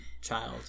child